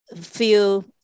feel